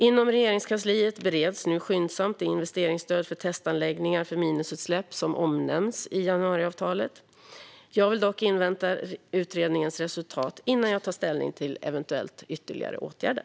Inom Regeringskansliet bereds nu skyndsamt det investeringsstöd för testanläggningar för minusutsläpp som omnämns i januariavtalet. Jag vill dock invänta utredningens resultat innan jag tar ställning till eventuella ytterligare åtgärder.